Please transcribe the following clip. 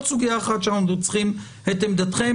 זאת סוגיה אחת שאנחנו צריכים את עמדתכם,